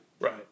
Right